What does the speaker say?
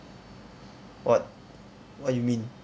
what what you mean